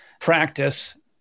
practice